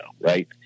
Right